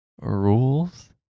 Rules